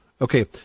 Okay